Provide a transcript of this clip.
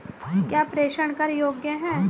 क्या प्रेषण कर योग्य हैं?